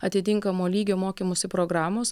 atitinkamo lygio mokymosi programos